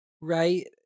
Right